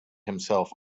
himself